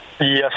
Yes